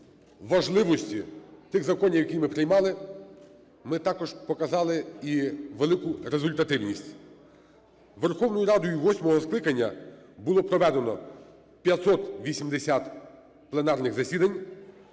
важливості тих законів, які ми приймали, ми також показати і велику результативність. Верховною Радою восьмого скликання було проведено 580 пленарних засідань,